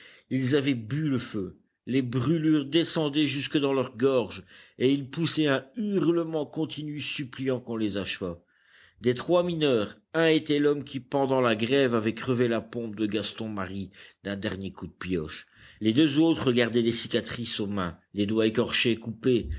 ils avaient bu le feu les brûlures descendaient jusque dans leur gorge et ils poussaient un hurlement continu suppliant qu'on les achevât des trois mineurs un était l'homme qui pendant la grève avait crevé la pompe de gaston marie d'un dernier coup de pioche les deux autres gardaient des cicatrices aux mains les doigts écorchés coupés